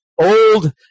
old